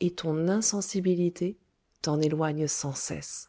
et ton insensibilité t'en éloigne sans cesse